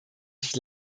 sich